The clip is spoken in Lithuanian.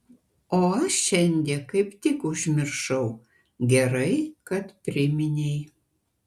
o aš šiandie kaip tik užmiršau gerai kad priminei